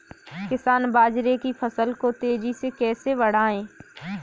किसान बाजरे की फसल को तेजी से कैसे बढ़ाएँ?